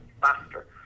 faster